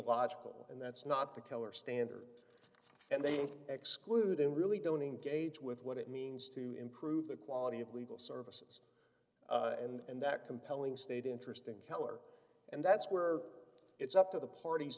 logical and that's not the killer standard and they exclude and really don't engage with what it means to improve the quality of legal services and that compelling state interest in keller and that's where it's up to the parties